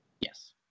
Yes